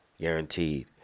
guaranteed